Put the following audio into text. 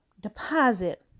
deposit